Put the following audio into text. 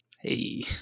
Hey